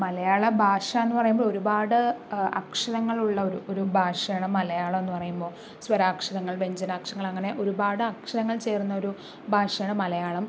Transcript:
മലയാള ഭാഷയെന്നു പറയുമ്പോൾ ഒരുപാട് അക്ഷരങ്ങള് ഉള്ള ഒരു ഒരു ഭാഷയാണ് മലയാളം എന്നു പറയുമ്പോൾ സ്വരാക്ഷരങ്ങള് വ്യഞ്ജനാക്ഷരങ്ങള് അങ്ങനെ ഒരുപാട് അക്ഷരങ്ങള് ചേര്ന്നൊരു ഭാഷയാണ് മലയാളം